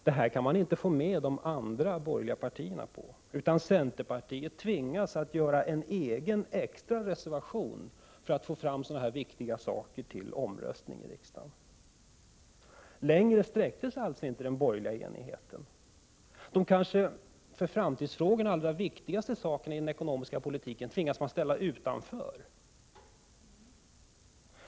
Det visar sig att man inte kan få med de andra borgerliga partierna på detta, utan centerpartiet tvingas göra en egen extra reservation för att få fram sådana här viktiga saker till omröstning i riksdagen. Längre än så sträckte sig alltså inte den borgerliga enigheten. De för framtiden kanske allra viktigaste frågorna i den ekonomiska politiken tvingas man ställa utanför!